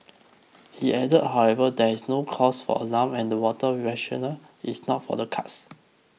he added however that there is no cause for alarm and that water rationing is not for the cards